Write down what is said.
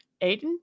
Aiden